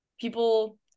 people